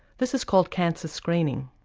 this is called cancer screening.